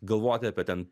galvoti apie ten